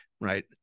Right